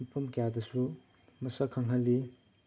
ꯃꯐꯝ ꯀꯌꯥꯗꯁꯨ ꯃꯁꯛ ꯈꯪꯍꯜꯂꯤ